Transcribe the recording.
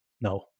No